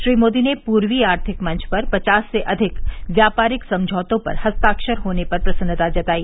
श्री मोदी ने पूर्वी आर्थिक मंच पर पचास से अधिक व्यापारिक समझौतों पर हस्ताक्षर होने पर प्रसन्नता जताई